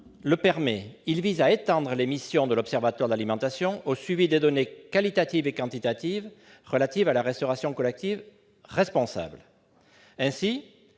qui vise à étendre les missions de l'Observatoire de l'alimentation au suivi des données qualitatives et quantitatives relatives à la restauration collective responsable. Ainsi,